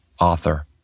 author